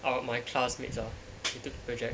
at my classmates lah you take project